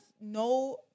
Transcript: no